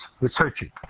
researching